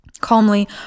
Calmly